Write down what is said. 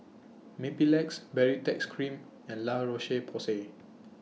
Mepilex Baritex Cream and La Roche Porsay